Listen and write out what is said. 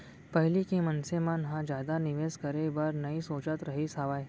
पहिली के मनसे मन ह जादा निवेस करे बर नइ सोचत रहिस हावय